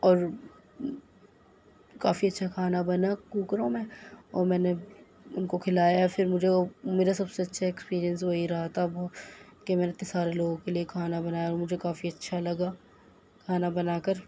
اور کافی اچھا کھانا بنا کوکروں میں اور میں نے ان کو کھلایا پھر مجھے وہ میرا سب سے اچھا ایکسپیرینس وہی رہا تھا وہ کہ میں نے اتے سارے لوگوں کے لیے کھانا بنایا اور مجھے کافی اچھا لگا کھانا بنا کر